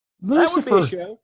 lucifer